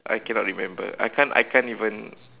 I cannot remember I can't I can't even